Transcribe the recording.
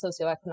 socioeconomic